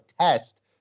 test